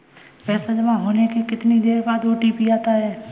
पैसा जमा होने के कितनी देर बाद ओ.टी.पी आता है?